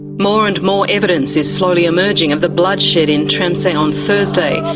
more and more evidence is slowly emerging of the bloodshed in tremseh on thursday.